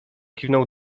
kiwnął